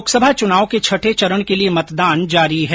लोकसभा चुनाव के छठे चरण के लिये मतदान जारी है